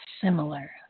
similar